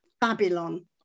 Babylon